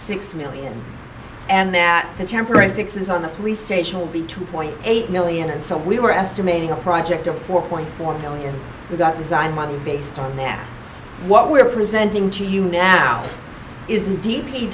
six million and that the temporary fixes on the police station will be two point eight million and so we were estimating a project of four point four million we got design money based on that what we're presenting to you now isn't d p